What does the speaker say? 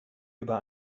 über